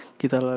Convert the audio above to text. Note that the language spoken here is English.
kita